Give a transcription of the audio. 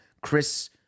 Chris